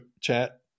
chat